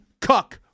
cuck